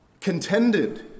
contended